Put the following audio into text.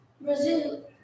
Brazil